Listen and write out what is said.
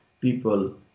people